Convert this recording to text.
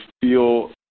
feel